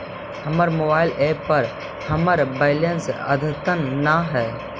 हमर mobile app पर हमर बैलेंस अद्यतन ना हई